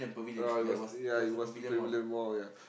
uh it was ya it was Pavilion-Mall ya